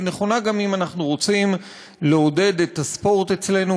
היא נכונה גם אם אנחנו רוצים לעודד את הספורט אצלנו,